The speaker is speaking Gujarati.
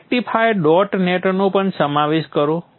રેક્ટિફાયર ડોટ નેટનો પણ સમાવેશ કરો